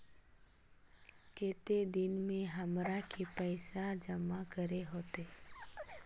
केते दिन में हमरा के पैसा जमा करे होते?